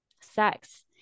sex